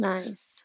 Nice